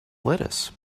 lettuce